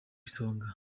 isonga